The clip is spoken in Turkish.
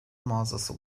mağazası